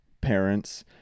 parents